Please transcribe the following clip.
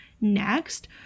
next